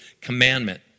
commandment